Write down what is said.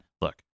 look